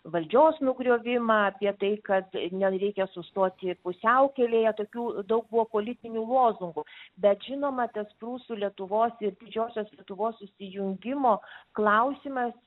valdžios nugriovimą apie tai kad nereikia sustoti pusiaukelėje tokių daug buvo politinių lozungų bet žinoma tas prūsų lietuvos ir didžiosios lietuvos susijungimo klausimas